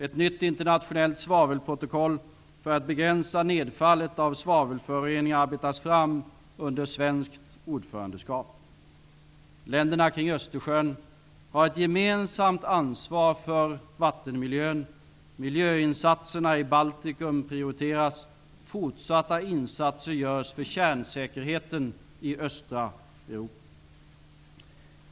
Ett nytt internationellt svavelprotokoll för att begränsa nedfallet av svavelföroreningar arbetas fram under svenskt ordförandeskap. Länderna kring Östersjön har ett gemensamt ansvar för vattenmiljön. Miljöinsatserna i Baltikum prioriteras. Fortsatta insatser görs för kärnsäkerheten i östra Europa.